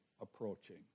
approaching